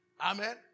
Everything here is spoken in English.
Amen